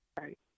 right